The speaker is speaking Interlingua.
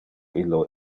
illo